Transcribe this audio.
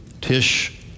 Tish